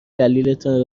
دلیلتان